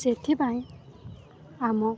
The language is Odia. ସେଥିପାଇଁ ଆମ